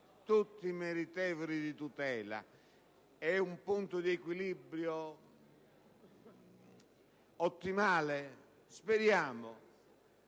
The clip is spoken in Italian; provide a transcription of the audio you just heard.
tutti meritevoli di tutela. È un punto di equilibrio ottimale? Speriamo.